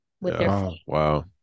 wow